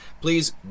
please